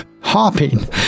hopping